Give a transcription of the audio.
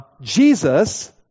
Jesus